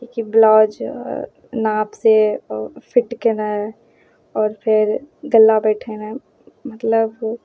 की कि ब्लाउज नाप से फिट केनाइ आओर फेर गला बैठेनाइ मतलब